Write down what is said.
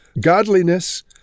godliness